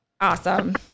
awesome